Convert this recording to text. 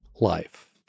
life